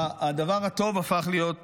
הדבר הטוב הפך להיות קטסטרופה,